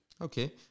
Okay